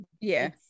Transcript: yes